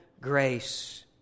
grace